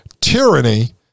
tyranny